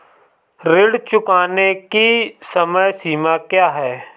ऋण चुकाने की समय सीमा क्या है?